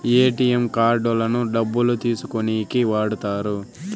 ATM కార్డులను డబ్బులు తీసుకోనీకి వాడుతారు